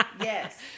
Yes